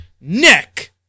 neck